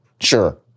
Sure